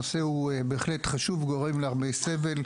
הנושא הוא בהחלט חשוב, הוא גורם להרבה סבל,